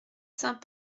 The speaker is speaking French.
saint